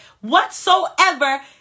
Whatsoever